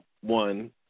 One